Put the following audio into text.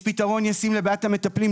יש פתרון ישים לבעיית המטפלים.